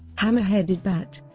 hammer-headed bat